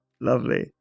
Lovely